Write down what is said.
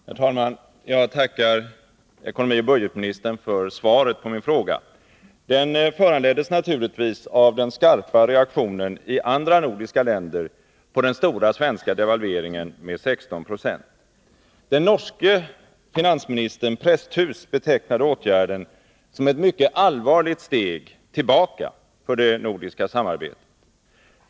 Herr talman! Jag tackar ekonomioch budgetministern för svaret på min fråga. Den föranleddes naturligtvis av den skarpa reaktionen i andra nordiska länder på den stora svenska devalveringen med 16 96. Den norske finansministern Presthus betecknade åtgärden som ett mycket allvarligt steg tillbaka för det nordiska samarbetet.